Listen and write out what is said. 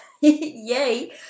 yay